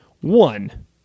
One